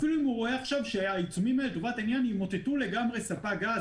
אפילו אם הוא רואה עכשיו שהעיצומים ימוטטו ספק גז.